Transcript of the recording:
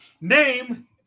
Name